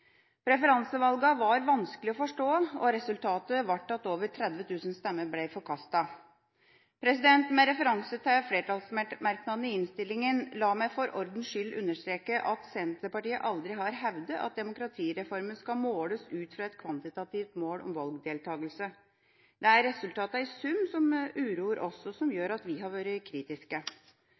var vanskelige å forstå, og resultatet ble at over 30 000 stemmer ble forkastet. La meg, med referanse til flertallsmerknaden i innstillinga, for ordens skyld understreke at Senterpartiet aldri har hevdet at demokratireformen skal måles ut fra et kvantitativt mål om valgdeltakelse. Det er resultatene i sum som uroer oss, og som gjør at vi har vært kritiske.